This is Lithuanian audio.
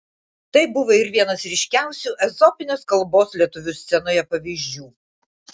tai buvo ir vienas ryškiausių ezopinės kalbos lietuvių scenoje pavyzdžių